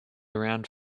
around